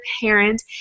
parent